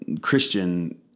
Christian